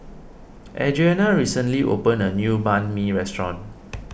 Adrianna recently opened a new Banh Mi restaurant